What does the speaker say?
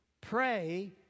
pray